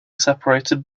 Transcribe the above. separated